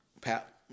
pat